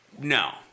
No